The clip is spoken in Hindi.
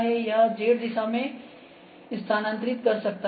तो यह Z दिशा में स्थानांतरित कर सकता है